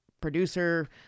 producer